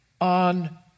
on